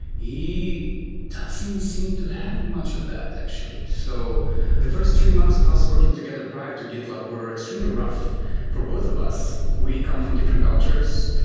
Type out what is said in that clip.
he doesn't seem to have much of that actually. so the first three months of us working together prior to gitlab were extremely rough for both of us. we come from different cultures.